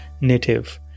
native